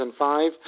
2005